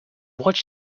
watch